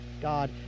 God